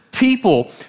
people